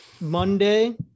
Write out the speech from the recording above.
Monday